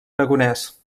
aragonès